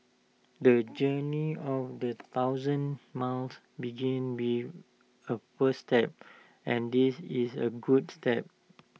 the journey of A thousand miles begins with A first step and this is A good step